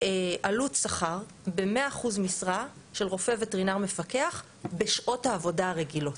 עלות שכר במאה אחוז משרה של רופא וטרינר מפקח בשעות העבודה הרגילות.